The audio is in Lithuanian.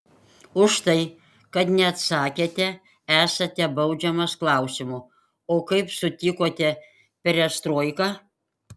už tai kad neatsakėte esate baudžiamas klausimu o kaip sutikote perestroiką